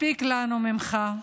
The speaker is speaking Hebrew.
מספיק לנו ממך.